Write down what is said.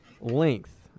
length